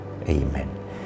Amen